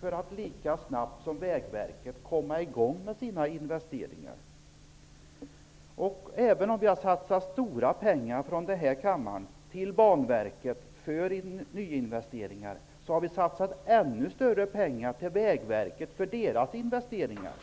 för att lika snabbt som Vägverket komma i gång med sina investeringar. Även om vi från denna kammare har anslagit stora summor till Banverket för nyinvesteringar, har vi gjort en ännu större satsning på Vägverkets investeringar.